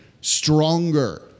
Stronger